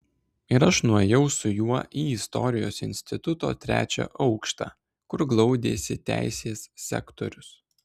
ir aš nuėjau su juo į istorijos instituto trečią aukštą kur glaudėsi teisės sektorius